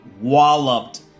walloped